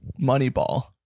Moneyball